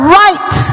right